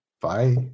Bye